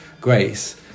Grace